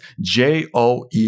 joe